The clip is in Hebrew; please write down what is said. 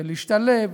של להשתלב,